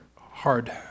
hard